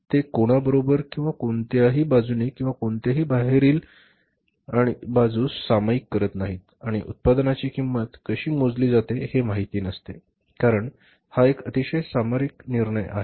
ते ते कोणाबरोबर किंवा इतर कोणत्याही बाजूने किंवा कोणत्याही बाहेरील टणक आणि बाहेरील बाजूस सामायिक करत नाहीत आणि उत्पादनाची किंमत कशी मोजली जाते हे माहित नसते कारण हा एक अतिशय सामरिक निर्णय आहे